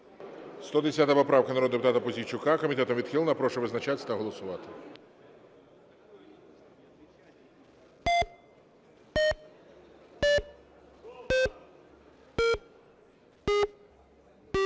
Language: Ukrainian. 110 поправка народного депутата Пузійчука. Комітетом відхилена. Прошу визначатись та голосувати.